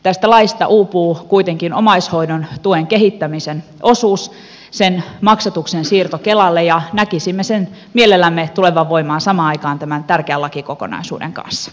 tästä laista uupuu kuitenkin omaishoidon tuen kehittämisen osuus sen maksatuksen siirto kelalle ja näkisimme sen mielellämme tulevan voimaan samaan aikaan tämän tärkeän lakikokonaisuuden kanssa